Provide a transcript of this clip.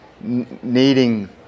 needing